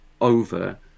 over